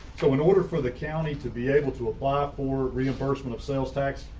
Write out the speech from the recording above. so in order for the county to be able to apply for reimbursement of sale tax,